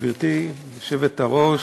גברתי היושבת-ראש,